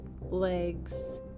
Legs